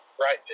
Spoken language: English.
right